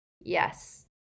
yes